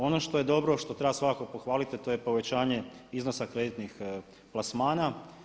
Ono što je dobro a što treba svakako pohvaliti a to je povećanje iznosa kreditnih plasmana.